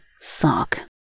sock